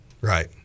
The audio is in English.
right